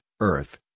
earth